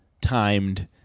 timed